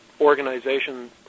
organization